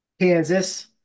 Kansas